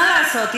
מה לעשות,